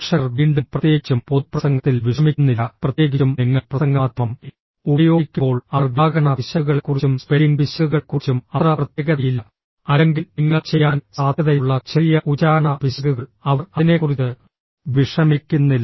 പ്രേക്ഷകർ വീണ്ടും പ്രത്യേകിച്ചും പൊതുപ്രസംഗത്തിൽ വിഷമിക്കുന്നില്ല പ്രത്യേകിച്ചും നിങ്ങൾ പ്രസംഗമാധ്യമം ഉപയോഗിക്കുമ്പോൾ അവർ വ്യാകരണ പിശകുകളെക്കുറിച്ചും സ്പെല്ലിംഗ് പിശകുകളെക്കുറിച്ചും അത്ര പ്രത്യേകതയില്ല അല്ലെങ്കിൽ നിങ്ങൾ ചെയ്യാൻ സാധ്യതയുള്ള ചെറിയ ഉച്ചാരണ പിശകുകൾ അവർ അതിനെക്കുറിച്ച് വിഷമിക്കുന്നില്ല